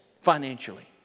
financially